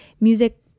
music